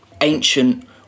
ancient